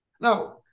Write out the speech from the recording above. Now